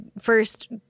first